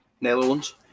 Netherlands